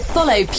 Follow